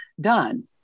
done